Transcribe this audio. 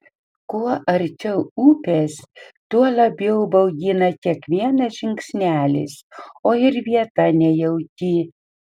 kuo arčiau upės tuo labiau baugina kiekvienas žingsnelis o ir vieta nejauki